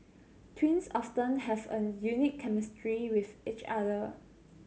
twins often have a unique chemistry with each other